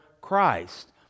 Christ